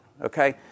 okay